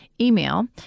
email